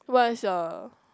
what is your